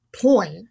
point